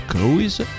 Cruise